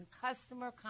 customer